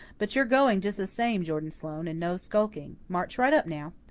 but you're going just the same, jordan sloane, and no skulking. march right up now.